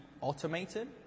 automated